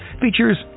features